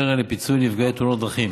קרן לפיצוי נפגעי תאונות דרכים,